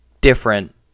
different